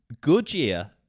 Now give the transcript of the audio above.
Goodyear